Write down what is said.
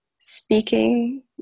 speaking